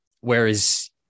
whereas